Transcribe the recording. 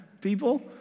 people